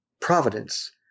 providence